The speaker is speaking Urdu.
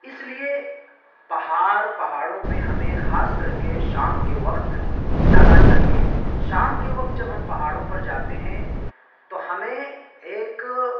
اس لیے پہاڑ پہاڑوں پہ ہمیں خاص کر کے شام کے وقت جانا چاہیے شام کے وقت جب ہم پہاڑوں پر جاتے ہیں تو ہمیں ایک